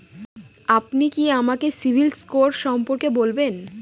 আপনি কি আমাকে সিবিল স্কোর সম্পর্কে বলবেন?